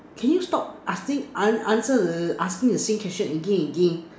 can you stop asking an~ answer the asking the same question again and again